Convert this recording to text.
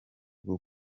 bwo